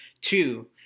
Two